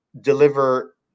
deliver